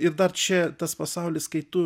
ir dar čia tas pasaulis kai tu